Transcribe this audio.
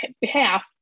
behalf